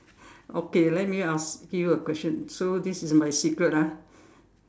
okay let me ask you a question so this is my secret ah